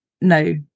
No